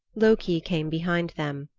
loki came behind them,